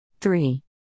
three